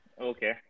Okay